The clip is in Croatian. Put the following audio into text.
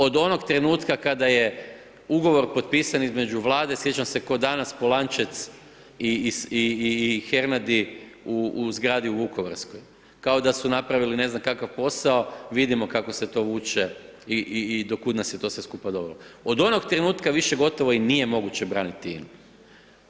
Od onog trenutka kada je ugovor potpisan između Vlade, sjećam se ko danas Polančec i Hernadi u zgradi u Vukovarskoj, kao da su napravili ne znam kakav posao, vidimo kako se to vuče i do kud nas je to sve skupa dovelo, od onog trenutka više gotovo i nije moguće braniti INA-u.